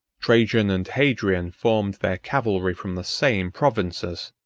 trajan and hadrian formed their cavalry from the same provinces,